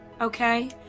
okay